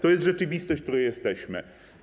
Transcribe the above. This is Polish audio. To jest rzeczywistość, w której jesteśmy.